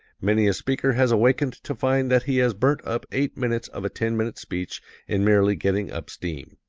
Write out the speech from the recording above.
many a speaker has awakened to find that he has burnt up eight minutes of a ten-minute speech in merely getting up steam.